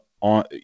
on